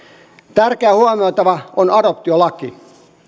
tärkeä huomioitava on adoptiolaki